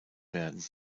werden